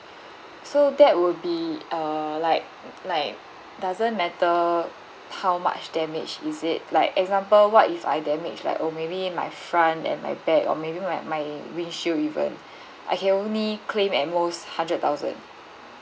so that would be uh like like doesn't matter how much damage is it like example what if I damage like oh maybe my front and my back or maybe my my windshield even I can only claim at most hundred thousand